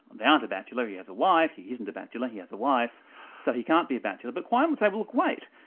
they aren't a bachelor he has a wife, he isn't a bachelor he has a wife so he can't be a bachelor. but quine would say well look, wait,